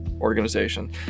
organization